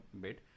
bit